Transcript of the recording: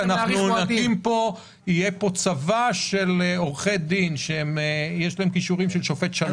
אחרת יהיה פה צבא של עורכי דין שיש להם כישורים של שופט שלום,